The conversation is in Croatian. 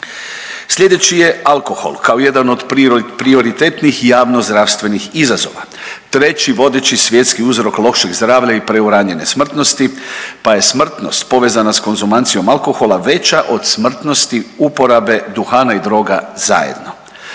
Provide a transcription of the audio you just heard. Sljedeći će alkohol kao jedan od prioritetnih javnozdravstvenih izazova, treći vodeći svjetski uzrok lošeg zdravlja i preuranjene smrtnosti pa je smrtnost povezana s konzumacijom alkohola veća od smrtnosti uporabe duhana i droga zajedno.